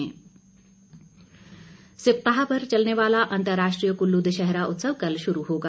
कुल्लू दशहरा सप्ताह भर चलने वाला अंतर्राष्ट्रीय कुल्लू दशहरा उत्सव कल शुरू होगा